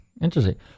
Interesting